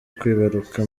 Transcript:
kwibaruka